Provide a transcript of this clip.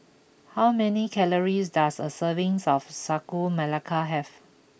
how many calories does a serving of Sagu Melaka have